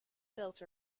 built